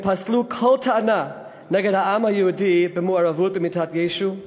הם פסלו כל טענה נגד העם היהודי ל מעורבות במיתת ישו,